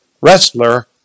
wrestler